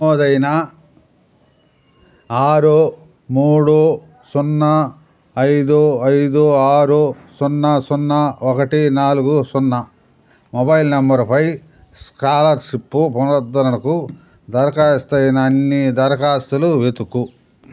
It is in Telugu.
నమోదైన ఆరు మూడు సున్నా ఐదు మొబైల్ ఐదు ఆరు సున్నా సున్నా ఒకటి నాలుగు సున్నా నంబరుపై స్కాలర్షిప్పు పునరుద్ధరణకు దరఖాస్తయిన అన్ని దరఖాస్తులు వెదుకు